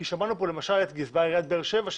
כי שמענו פה למשל את גזבר עיריית באר שבע,